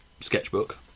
Sketchbook